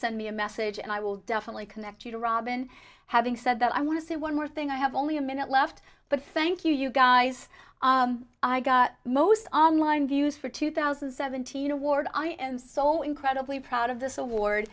send me a message and i will definitely connect you to robin having said that i want to say one more thing i have only a minute left but thank you you guys i got most online views for two thousand and seventeen award i am so incredibly proud of this award